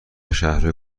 شهرهای